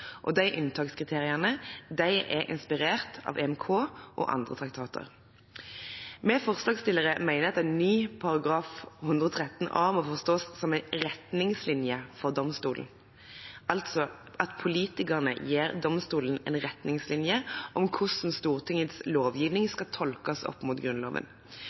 De unntakskriteriene er inspirert av EMK, Den europeiske menneskerettskonvensjonen, og andre traktater. Vi som er forslagsstillere, mener at en ny § 113 a må forstås som en retningslinje for domstolen, altså at politikerne gir domstolen en retningslinje for hvordan Stortingets lovgivning skal tolkes opp mot Grunnloven.